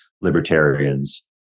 libertarians